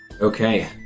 Okay